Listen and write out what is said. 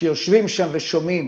שיושבים שם ושומעים,